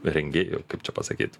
rengėjų ar kaip čia pasakyt